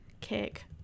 cake